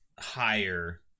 higher